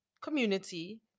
community